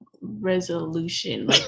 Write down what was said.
resolution